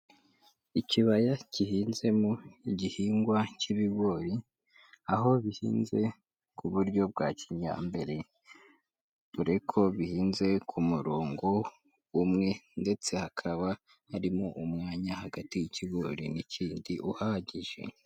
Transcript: Ikibaya gihinzemo igihingwa cy'ibigori, aho bihinze ku buryo bwa kijyambere dore ko bihinze ku murongo umwe ndetse hakaba harimo umwanya hagati y'ikigori n'ikindi uhagije.